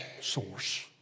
source